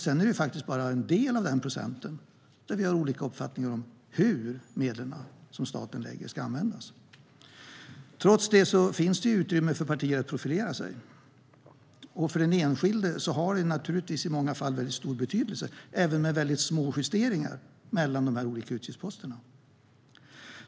Sedan är det bara en del av den procenten där vi har olika uppfattningar om hur de medel staten lägger ska användas. Trots det finns det utrymme för partier att profilera sig, och för den enskilde kan det ha stor betydelse även med små justeringar mellan olika utgiftsposter.